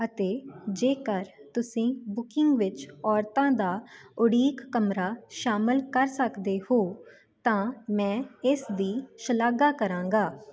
ਅਤੇ ਜੇਕਰ ਤੁਸੀਂ ਬੁਕਿੰਗ ਵਿੱਚ ਔਰਤਾਂ ਦਾ ਉਡੀਕ ਕਮਰਾ ਸ਼ਾਮਿਲ ਕਰ ਸਕਦੇ ਹੋ ਤਾਂ ਮੈਂ ਇਸ ਦੀ ਸ਼ਲਾਘਾ ਕਰਾਂਗਾ